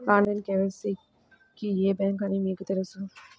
Online KYC కి ఏ bank అని మీకు తెలుసా?